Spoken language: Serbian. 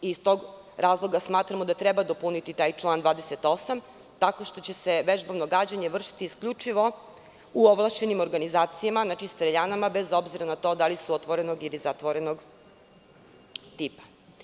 Iz tog razloga smatramo da treba dopuniti taj član 28. tako što će se vežba gađanja vršiti isključivo u ovlašćenim organizacijama, znači streljanama, bez obzira na to da li su otvorenog ili zatvorenog tipa.